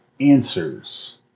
answers